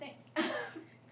thanks